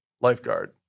lifeguard